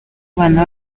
abana